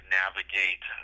navigate